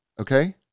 okay